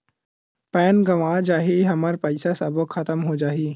Pan गंवा जाही हमर पईसा सबो खतम हो जाही?